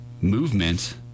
movement